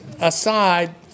aside